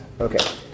Okay